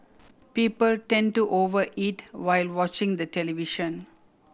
people tend to over eat while watching the television